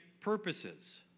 purposes